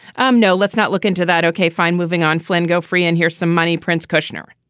um no let's not look into that. ok fine moving on flynn go free and here's some money prince kushner.